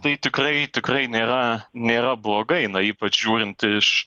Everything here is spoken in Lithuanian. tai tikrai tikrai nėra nėra blogai ypač žiūrint iš